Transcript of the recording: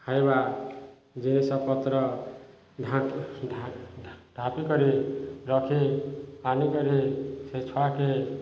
ଖାଇବା ଜିନିଷପତ୍ର ଢାଙ୍କିକରି ରଖି କରି ସେ ଛୁଆକୁ